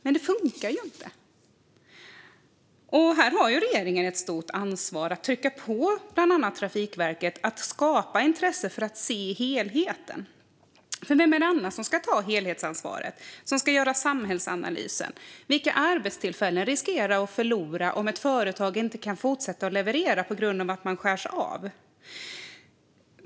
Men det funkar ju inte. Regeringen har ett stort ansvar att trycka på bland annat Trafikverket för att skapa intresse för att se helheten. Vem är det annars som ska ta helhetsansvaret och göra samhällsanalysen? Vilka arbetstillfällen riskerar att gå förlorade om ett företag inte kan fortsätta att leverera på grund av att det skärs av?